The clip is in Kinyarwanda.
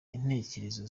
intekerezo